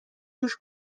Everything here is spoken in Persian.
توش